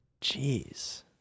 Jeez